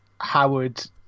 Howard